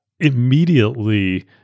Immediately